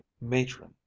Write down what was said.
matron